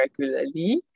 regularly